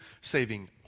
saving